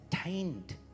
attained